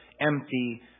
empty